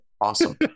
awesome